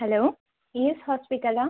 hello ES ஹாஸ்பிட்டலா